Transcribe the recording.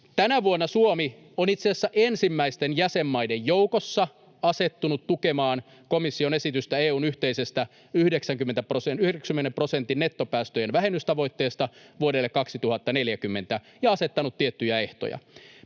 Tänä vuonna Suomi on itse asiassa ensimmäisten jäsenmaiden joukossa asettunut tukemaan komission esitystä EU:n yhteisestä 90 prosentin nettopäästöjen vähennystavoitteesta vuodelle 2040 ja asettanut tiettyjä ehtoja.